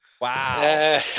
Wow